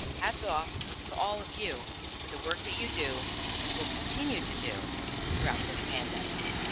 hats off to all of you for the work that you do and will continue to do throughout this pandemic.